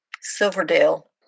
Silverdale